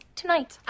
tonight